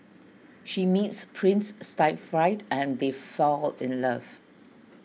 she meets Prince Siegfried and they fall in love